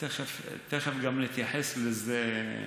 תכף נתייחס גם לזה.